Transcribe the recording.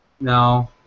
No